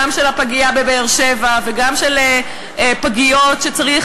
גם של הפגייה בבאר-שבע וגם של פגיות שצריך